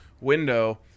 window